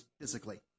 physically